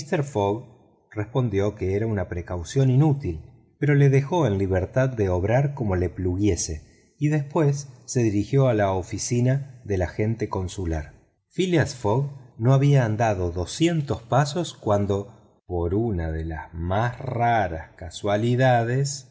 respondió que era precaución inútil pero lo dejó en libertad de obrar como pluguiese y después se dirigió a la oficina del agente consular phileas fogg no había andado doscientos pasos cuando por una de las más raras casualidades